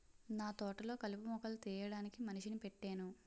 నాతోటలొ కలుపు మొక్కలు తీయడానికి మనిషిని పెట్టేను